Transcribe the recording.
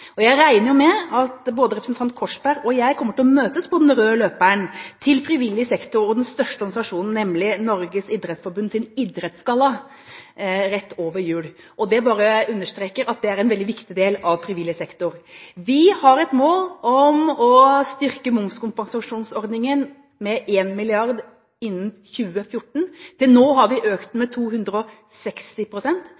Jeg regner med at både representanten Korsberg og jeg kommer til å møtes på den røde løperen til frivillig sektor i forbindelse med den største organisasjonens, nemlig Norges Idrettsforbunds idrettsgalla rett over jul. Det bare understreker at det er en veldig viktig del av frivillig sektor. Vi har et mål om å styrke momskompensasjonsordningen med 1 mrd. kr innen 2014. Til nå har vi økt